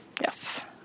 Yes